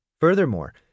Furthermore